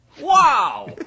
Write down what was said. Wow